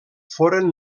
foren